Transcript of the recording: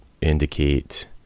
indicate